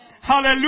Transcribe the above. Hallelujah